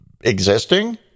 existing